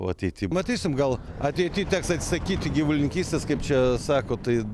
o ateity matysim gal ateity teks atsisakyti gyvulininkystės kaip čia sako tai